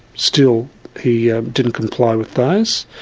still he ah didn't comply with those.